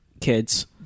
kids